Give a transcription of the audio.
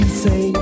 say